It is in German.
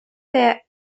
der